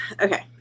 Okay